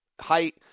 height